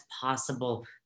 possible